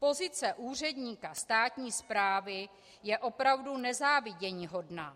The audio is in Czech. Pozice úředníka státní správy je opravdu nezáviděníhodná.